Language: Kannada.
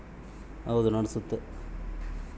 ಯೂನಿಯನ್ ಬ್ಯಾಂಕ್ ಭಾರತ ಸರ್ಕಾರ ನಡ್ಸುತ್ತ